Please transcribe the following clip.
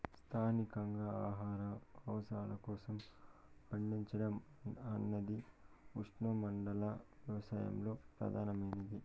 స్థానికంగా ఆహార అవసరాల కోసం పండించడం అన్నది ఉష్ణమండల వ్యవసాయంలో ప్రధానమైనది